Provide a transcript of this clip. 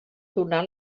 donar